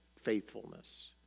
faithfulness